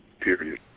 Period